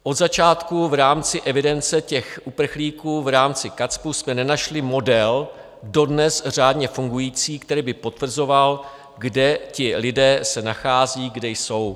Od začátku v rámci evidence uprchlíků, v rámci KACPU, jsme nenašli model dodnes řádně fungující, který by potvrzoval, kde ti lidé se nachází, kde jsou.